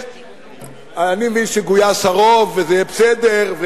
אני מבין שגויס הרוב וזה יהיה בסדר.